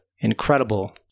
incredible